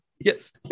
yes